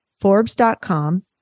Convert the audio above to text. Forbes.com